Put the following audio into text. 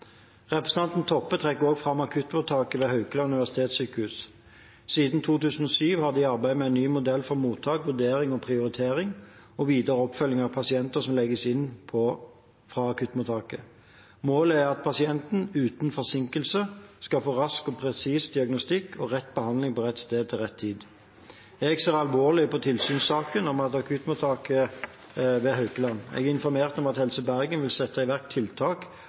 Representanten Toppe trekker også fram akuttmottaket ved Haukeland universitetssjukehus. Siden 2007 har de arbeidet med en ny modell for mottak, vurdering og prioritering og videre oppfølging av pasienter som legges inn fra akuttmottaket. Målet er at pasienten – uten forsinkelse – skal få rask og presis diagnostikk og rett behandling på rett sted til rett tid. Jeg ser alvorlig på tilsynssaken om akuttmottaket ved Haukeland. Jeg er informert om at Helse Bergen vil sette i verk tiltak